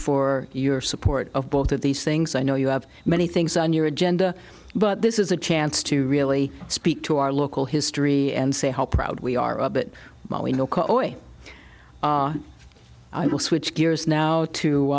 for your support of both of these things i know you have many things on your agenda but this is a chance to really speak to our local history and say how proud we are of it i will switch gears